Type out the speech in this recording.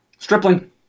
Stripling